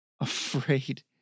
Afraid